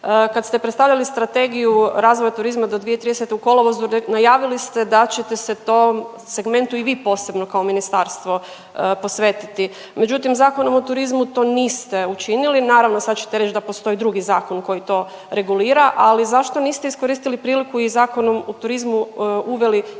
Kad ste predstavljali Strategiju razvoja turizma do 2030. u kolovozu najavili ste da ćete se tom segmentu i vi posebno kao ministarstvo posvetiti, međutim Zakonom o turizmu to niste učinili, naravno sad ćete reć da postoji drugi zakon koji to regulira, ali zašto niste iskoristili priliku i u Zakon o turizmu uveli ostale